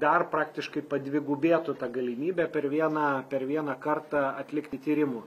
dar praktiškai padvigubėtų ta galimybė per vieną per vieną kartą atlikti tyrimų